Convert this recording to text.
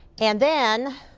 and then